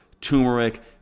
turmeric